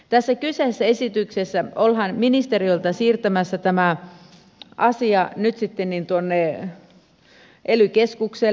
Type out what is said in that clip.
tässä kyseisessä esityksessä ollaan ministeriöltä siirtämässä tämä asia nyt ely keskukselle